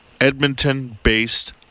Edmonton-based